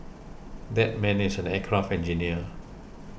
that man is an aircraft engineer